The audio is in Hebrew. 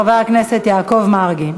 חבר הכנסת יעקב מרגי.